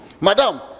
madam